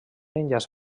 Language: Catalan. enllaç